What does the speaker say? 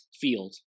field